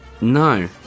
No